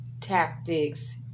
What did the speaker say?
tactics